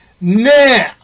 Now